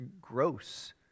gross